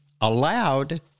allowed